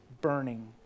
burning